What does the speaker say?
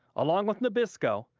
along with nabisco,